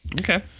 Okay